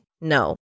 No